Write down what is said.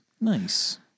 Nice